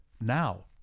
now